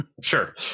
Sure